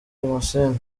damascene